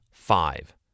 five